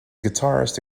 guitarist